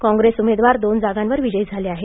काँग्रेस उमेदवार दोन जागांवर विजयी झाले आहेत